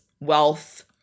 wealth